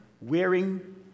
wearing